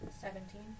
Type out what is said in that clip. Seventeen